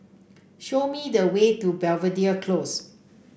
show me the way to Belvedere Close